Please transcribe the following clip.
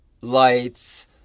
lights